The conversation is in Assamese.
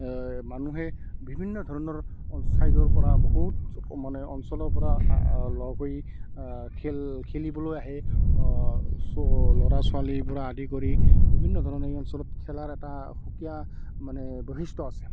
মানুহে বিভিন্ন ধৰণৰ ছাইডৰ পৰা বহুত মানে অঞ্চলৰ পৰা লগ হৈ খেল খেলিবলৈ আহে চ ল'ৰা ছোৱালীৰ পৰা আদি কৰি বিভিন্ন ধৰণে এই অঞ্চলত খেলাৰ এটা সুকীয়া মানে বৈশিষ্ট্য় আছে